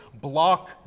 block